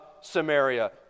Samaria